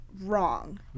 wrong